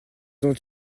ont